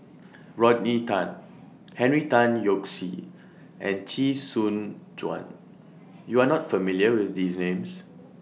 Rodney Tan Henry Tan Yoke See and Chee Soon Juan YOU Are not familiar with These Names